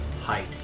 height